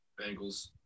Bengals